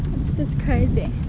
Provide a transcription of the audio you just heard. it's just crazy